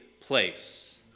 place